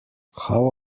how